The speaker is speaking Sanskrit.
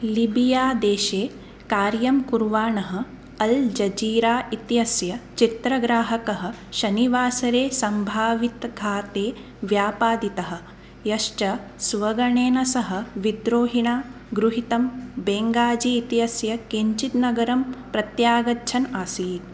लिबियादेशे कार्यं कुर्वाणः अल् जज़ीरा इत्यस्य चित्रग्राहकः शनिवासरे सम्भावितघाते व्यापादितः यश्च स्वगणेन सह विद्रोहिणा गृहीतं बेङ्गाज़ी इत्यस्य किञ्चित् नगरं प्रत्यागच्छन् आसीत्